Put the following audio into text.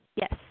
Yes